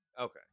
Okay